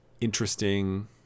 interesting